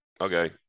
Okay